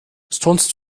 sonst